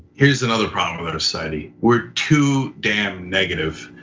here's another problem with our society, we're too damn negative.